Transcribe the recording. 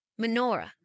Menorah